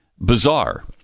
Bizarre